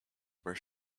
were